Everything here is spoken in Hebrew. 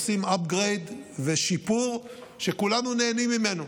עושות upgrade ושיפור שכולנו נהנים ממנו.